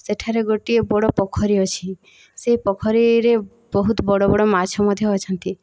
ସେଠାରେ ଗୋଟିଏ ବଡ଼ ପୋଖରୀ ଅଛି ସେ ପୋଖରୀରେ ବହୁତ ବଡ଼ ବଡ଼ ମାଛ ମଧ୍ୟ ଅଛନ୍ତି